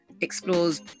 explores